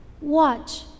Watch